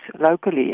locally